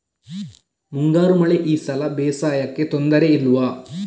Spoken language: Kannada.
ಮುಂಗಾರು ಮಳೆ ಈ ಸಲ ಬೇಸಾಯಕ್ಕೆ ತೊಂದರೆ ಇಲ್ವ?